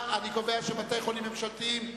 סעיף 94, בתי-חולים ממשלתיים,